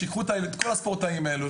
שייקחו את כל הספורטאים האלה,